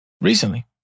recently